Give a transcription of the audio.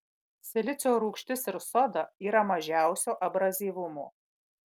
silicio rūgštis ir soda yra mažiausio abrazyvumo